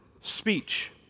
speech